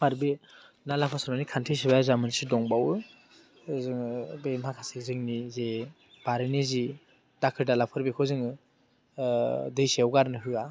आरो बे नाला फोसाबनायनि खान्थि सोया जोंहा मोनसे दंबावो जोङो बे माखासे जोंनि जे बारिनि जि दाखोर दालाफोर बेखौ जोङो दैसायाव गारनो होआ